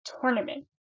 tournament